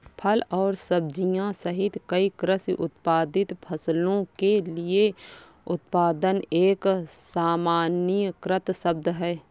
फल और सब्जियां सहित कई कृषि उत्पादित फसलों के लिए उत्पादन एक सामान्यीकृत शब्द है